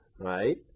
right